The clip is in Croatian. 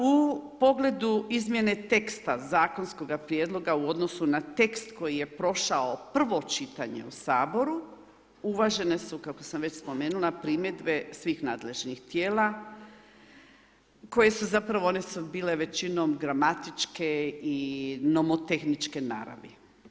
U pogledu izmjene teksta zakonskoga prijedloga, u odnosu na tekst koji je prošao prvo čitanje u Saboru, uvažene su kako sam već spomenula primjedbe svih nadležnih tijela koje su zapravo, one su bile većinom gramatičke i nomotehničke naravi.